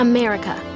America